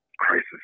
Crisis